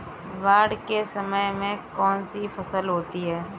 बाढ़ के समय में कौन सी फसल होती है?